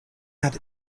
had